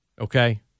okay